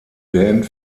band